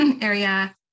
area